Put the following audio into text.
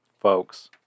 Folks